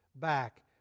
back